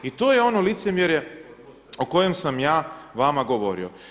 I to je ono licemjerje o kojem sam ja vama govorio.